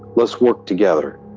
let's work together.